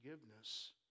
forgiveness